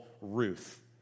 Ruth